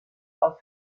aus